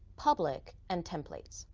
public, and templates.